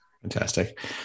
Fantastic